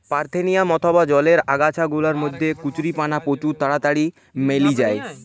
parthenium অথবা জলের আগাছা গুলার মধ্যে কচুরিপানা প্রচুর তাড়াতাড়ি মেলি যায়